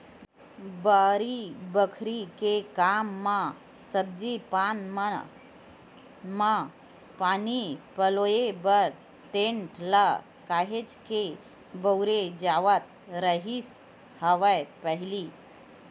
बाड़ी बखरी के काम म सब्जी पान मन म पानी पलोय बर टेंड़ा ल काहेच के बउरे जावत रिहिस हवय पहिली